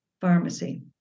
pharmacy